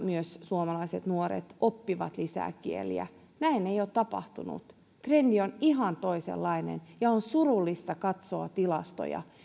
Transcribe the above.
suomalaiset nuoret myös oppivat lisää kieliä näin ei ole tapahtunut trendi on ihan toisenlainen ja on surullista katsoa tilastoja